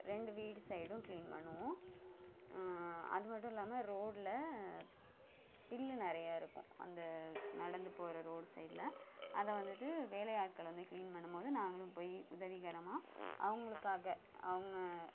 ரெண்டு வீடு சைடும் க்ளீன் பண்ணுவோம் அது மட்டும் இல்லாமல் ரோடில் புல்லு நிறையா இருக்கும் அந்த நடந்து போகிற ரோடு சைட்டில் அதை வந்துட்டு வேலையாட்கள் வந்து க்ளீன் பண்ணணும் போது நாங்களும் போய் உதவிகரமாக அவங்களுக்காக அவங்க